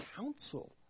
counsel